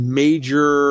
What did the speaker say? major